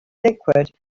liquid